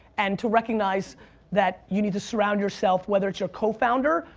and to recognize that you need to surround yourself, whether it's your co-founder,